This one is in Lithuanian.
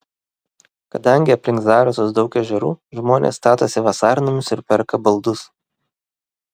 kadangi aplink zarasus daug ežerų žmonės statosi vasarnamius ir perka baldus